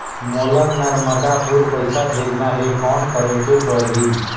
मोला नर्मदापुर पइसा भेजना हैं, कौन करेके परही?